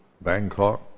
Bangkok